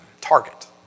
target